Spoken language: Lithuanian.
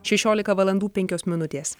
šešiolika valandų penkios minutės